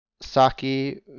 Saki